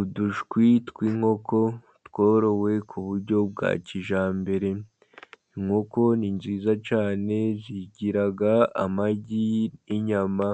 Udushwi tw'inkoko tworowe ku buryo bwa kijyambere, inkoko ni nziza cyane, zigira amagi n'inyama,